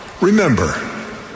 Remember